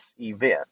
event